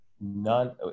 None